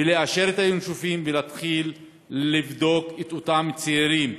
לאשר את ה"ינשופים" ולהתחיל לבדוק את אותם צעירים,